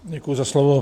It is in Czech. Děkuji za slovo.